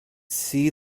see